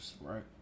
right